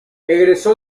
egresó